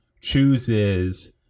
chooses